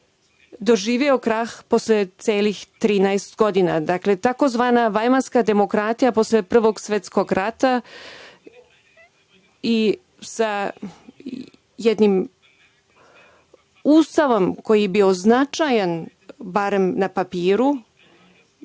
doživeo krah posle celih 13 godina, tzv. vajmarska demokratija, posle Prvog svetskog rata i sa jednim Ustavom koji bi bio značajan barem na papiru,